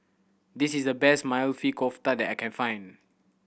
this is the best Maili Kofta that I can find